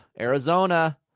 Arizona